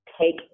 take